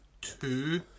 two